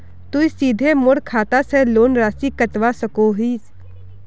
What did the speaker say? तुई सीधे मोर खाता से लोन राशि कटवा सकोहो हिस?